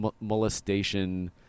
molestation